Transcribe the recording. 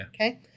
Okay